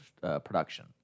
production